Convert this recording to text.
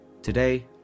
Today